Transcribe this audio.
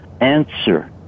answer